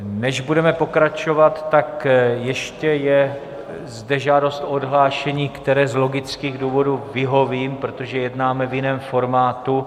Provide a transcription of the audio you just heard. Než budeme pokračovat, tak ještě je zde žádost o odhlášení, které z logických důvodů vyhovím, protože jednáme v jiném formátu.